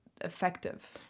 effective